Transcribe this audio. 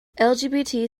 lgbt